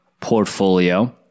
portfolio